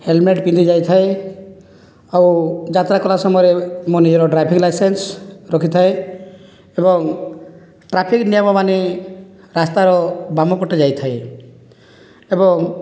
helmet ପିନ୍ଧି ଯାଇଥାଏ ଆଉ ଯାତ୍ରା କଲା ସମୟରେ ମୋ ନିଜର ଡ୍ରାଇଭିଂ ଲାଇସେନ୍ସ ରଖିଥାଏ ଏବଂ ଟ୍ରାଫିକ ନିୟମ ମାନି ରାସ୍ତାର ବାମ ପଟେ ଯାଇଥାଏ ଏବଂ